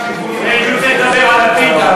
על האי-אמון.